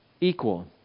equal